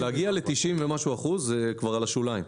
להגיע ל-90 ומשהו אחוז, זה כבר על השוליים.